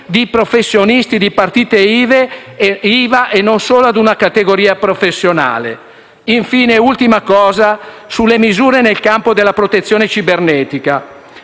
di professionisti con partita IVA e non solo a una categoria professionale. Infine, mi soffermo sulle misure nel campo della protezione cibernetica.